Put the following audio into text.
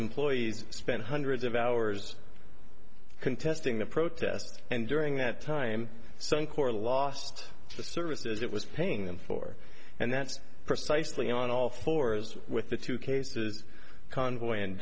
employees spent hundreds of hours contesting the protest and during that time sunk or lost the services it was paying them for and that's precisely on all fours with the two cases convoy and